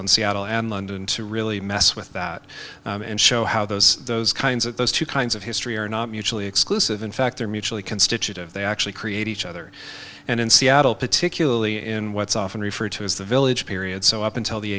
on seattle and london to really mess with that and show how those those kinds of those two kinds of history are not mutually exclusive in fact they're mutually constituent of they actually create each other and in seattle particularly in what's often referred to as the village period so up until the